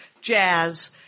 jazz